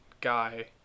guy